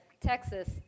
Texas